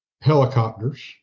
helicopters